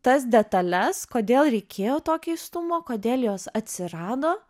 tas detales kodėl reikėjo to keistumo kodėl jos atsirado